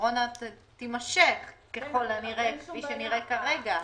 הקורונה תימשך ככל הנראה, כפי שנראה כרגע.